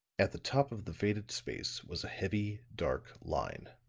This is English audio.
at the top of the faded space was a heavy dark line.